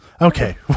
Okay